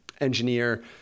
engineer